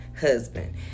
husband